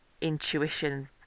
intuition